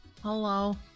Hello